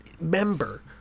member